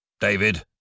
David